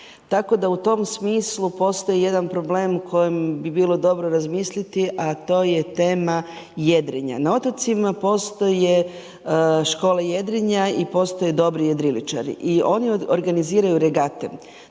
Tako da i u tom smislu postoji jedan problem, o kojem bi bilo dobro razmisliti, a to je tema jedrenja. Na otocima postoje škole jedrenja i postoje dobri jedriličari. I oni organiziraju regate.